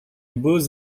beaux